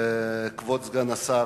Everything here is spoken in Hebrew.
כבוד סגן השר,